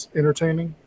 entertaining